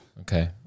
Okay